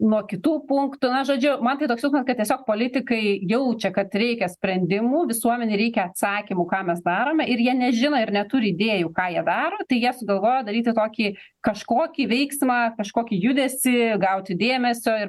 nuo kitų punktų na žodžiu man tai toks jausmas kad tiesiog politikai jaučia kad reikia sprendimų visuomenei reikia atsakymų ką mes darome ir jie nežino ir neturi idėjų ką jie daro tai jie sugalvojo daryti tokį kažkokį veiksmą kažkokį judesį gauti dėmesio ir